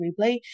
replay